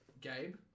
Gabe